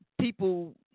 People